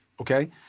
Okay